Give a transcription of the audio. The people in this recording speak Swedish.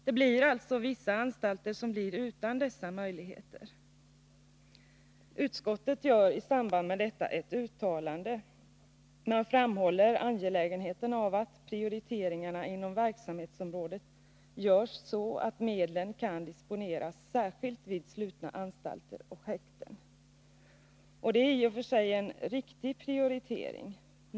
Det blir alltså vissa anstalter som blir utan dessa möjligheter. Utskottet gör i samband med detta ett uttalande. Man framhåller angelägenheten av att prioriteringarna inom verksamhetsområdet görs så att medlen kan disponeras särskilt vid slutna anstalter och häkten. Det är i och för sig en riktig prioritering.